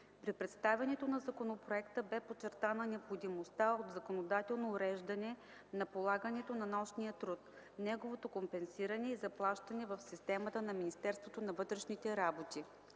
При представянето на законопроекта бе подчертана необходимостта от законодателно уреждане на полагането на нощния труд, неговото компенсиране и заплащане в системата на Министерството на вътрешните работи.